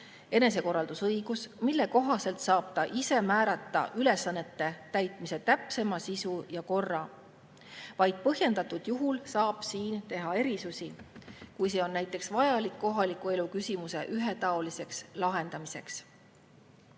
enesekorraldusõigus, mille kohaselt saab ta ise määrata ülesannete täitmise täpsema sisu ja korra. Vaid põhjendatud juhul saab siin teha erisusi, kui see on vajalik näiteks kohaliku elu küsimuse ühetaoliseks lahendamiseks.